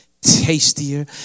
tastier